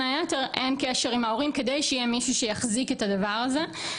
היתר אין קשר עם ההורים כדי שיהיה מישהו שיחזיק את הדבר הזה,